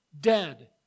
dead